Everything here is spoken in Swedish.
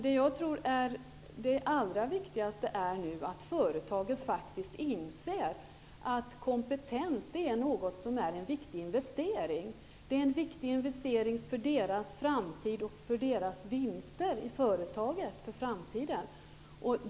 Det som jag tror nu är det allra viktigaste är att företagen faktiskt inser att kompetens är en viktig investering. Det är en viktig investering för företagens vinster och framtid.